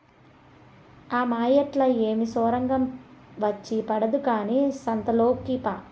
ఆ మాయేట్లా ఏమి సొరంగం వచ్చి పడదు కానీ సంతలోకి పా